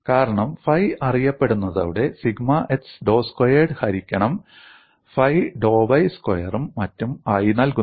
കാരണം ഫൈ അറിയപ്പെടുന്നതോടെ sigma x ഡോ സ്ക്വയേർഡ് ഹരിക്കണം ഫൈ ഡോ y സ്ക്വയറും മറ്റും ആയി നൽകുന്നു